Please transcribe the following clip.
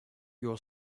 your